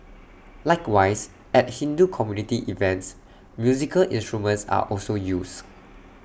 likewise at Hindu community events musical instruments are also used